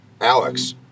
Alex